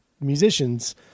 musicians